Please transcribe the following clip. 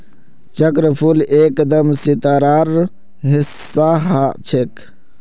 चक्रफूल एकदम सितारार हिस्सा ह छेक